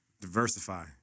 diversify